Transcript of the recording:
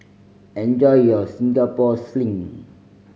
enjoy your Singapore Sling